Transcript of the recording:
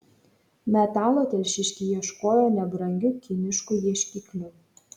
metalo telšiškiai ieškojo nebrangiu kinišku ieškikliu